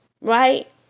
right